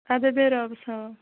ادے بیٚہہ رۄبَس حَوال